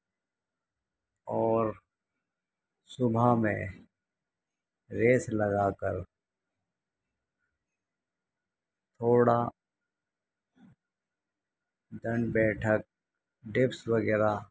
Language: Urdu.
اور صبح میں ریس لگا کر تھوڑا تن بیٹھک ڈپس وغیرہ